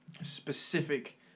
specific